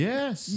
Yes